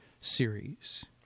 series